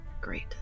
Great